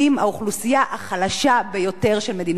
האוכלוסייה החלשה ביותר של מדינת ישראל,